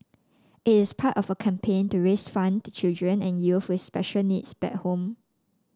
it is part of a campaign to raise fund to children and youth with special needs back home